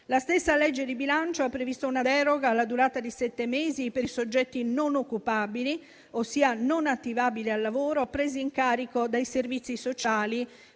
La stessa legge di bilancio ha previsto una deroga alla durata di sette mesi per i soggetti non occupabili, ossia non attivabili al lavoro, presi in carico dai servizi sociali